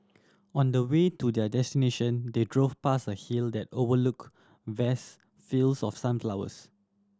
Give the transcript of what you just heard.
on the way to their destination they drove past a hill that overlooked vast fields of sunflowers